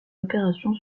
opérations